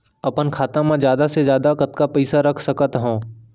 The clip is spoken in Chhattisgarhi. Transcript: अपन खाता मा जादा से जादा कतका पइसा रख सकत हव?